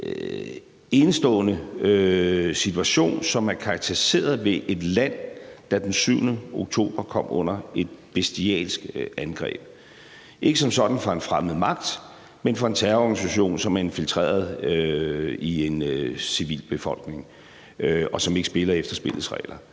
ret enestående situation, som er karakteriseret ved, at et land den 7. oktober kom under et bestialsk angreb, der som sådan ikke kom fra en fremmed magt, men fra en terrororganisation, som er infiltreret i en civilbefolkning, og som ikke spiller efter spillets regler.